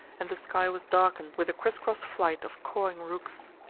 and the sky was darkened with the criss-cross flight of cawing rooks.